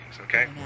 okay